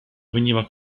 veniva